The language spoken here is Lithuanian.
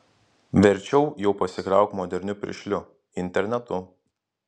verčiau jau pasikliauk moderniu piršliu internetu